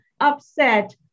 upset